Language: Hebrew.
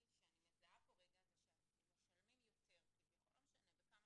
שאני מזהה פה זה שהם משלמים יותר בכמה שקלים,